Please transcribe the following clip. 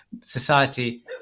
society